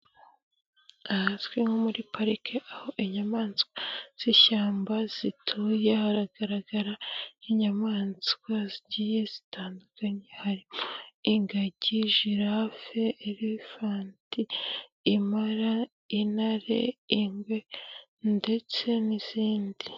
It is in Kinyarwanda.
Ahazwi nko muri parike, aho inyamaswa z'ishyamba zituye. Haragaragara inyamaswa zigiye zitandukanye. Harimo ingagi, jirafe, elefanti, impara, intare, ingwe ndetse n'izindi.